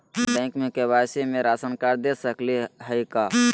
Bank में KYC में ration card दे सकली हई का?